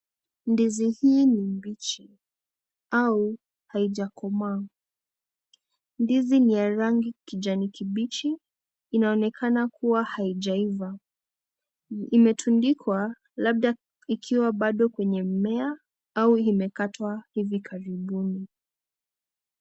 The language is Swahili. Ndizi hii ni mbichi au haijakomaa, ndizi ni ya rangi kijani kibichi, inaonekana kuwa haijaiva. Imetundikwa labda ikiwa bado kwenye mmea au imekatwa hivi karibuni.